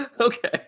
Okay